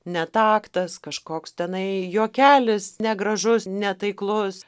netaktas kažkoks tenai juokelis negražus netaiklus